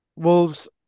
Wolves